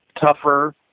tougher